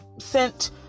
sent